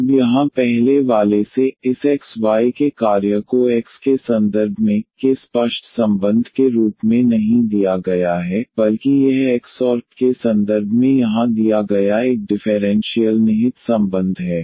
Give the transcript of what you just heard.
अब यहाँ पहले वाले से इस x y के कार्य को x के संदर्भ में y के स्पष्ट संबंध के रूप में नहीं दिया गया है बल्कि यह x और y के संदर्भ में यहाँ दिया गया एक डिफेरेंशीयल ्निहित संबंध है